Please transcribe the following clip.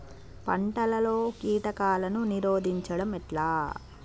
పంటలలో కీటకాలను నిరోధించడం ఎట్లా?